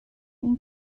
این